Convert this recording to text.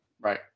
right